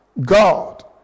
God